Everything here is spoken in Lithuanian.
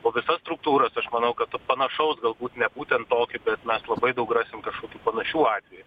po visas struktūras aš manau kad panašaus galbūt ne būtent tokį bet mes labai daug rasim kažkokių panašių atvejų